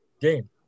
game